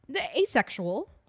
asexual